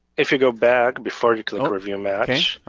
if you go back, before you click review match.